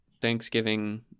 Thanksgiving